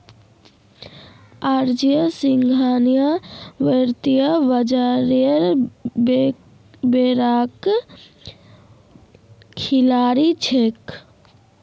अर्जुन सिंघानिया वित्तीय बाजारेर बड़का खिलाड़ी छिके